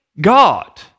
God